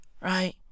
Right